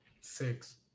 Six